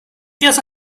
guess